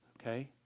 Okay